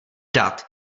dat